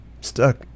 stuck